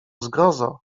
zgrozo